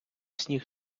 сніг